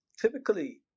Typically